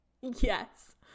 yes